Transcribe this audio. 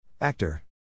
Actor